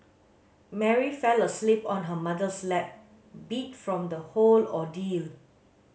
Mary fell asleep on her mother's lap beat from the whole ordeal